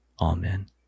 Amen